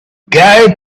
gary